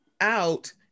out